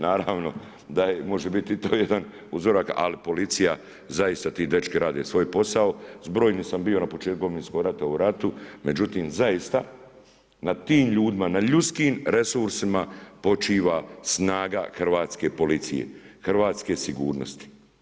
Naravno, da i to može biti jedan uzorak, ali policija, zaista, ti dečki rade svoj posao s brojnim sam bio na početku Domovinskog rata u ratu, međutim, zaista, na tim ljudima, na ljudskim resursima počiva snaga hrvatske policije, hrvatske sigurnosti.